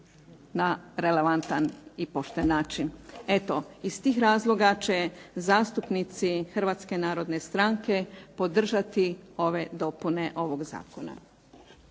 na relevantan i pošten način. Eto, iz tih razloga će zastupnici HNS-a podržati ove dopune ovog zakona.